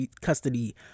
custody